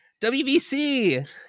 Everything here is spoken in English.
wbc